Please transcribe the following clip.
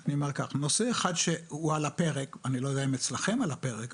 נושא אחד שאני לא יודע אם הוא אצלכם על הפרק,